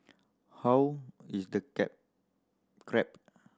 how is the crab